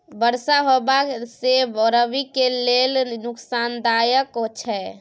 बरसा होबा से रबी के लेल नुकसानदायक छैय?